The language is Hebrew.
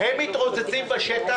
הם מתרוצצים בשטח,